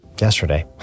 yesterday